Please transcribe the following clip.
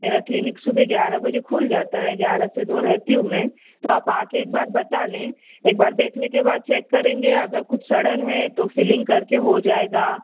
میرا کلینک صُبح گیارہ بجے کُھل جاتا ہے گیارہ سے دو رہتی ہوں میں تو آپ آ کے ایک بار بتا لیں ایک بار دیکھنے کے بعد چیک کریں گے اگر کچھ سڑن ہے تو فلنگ کر کے ہو جائے گا